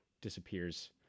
disappears